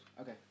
okay